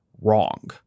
wrong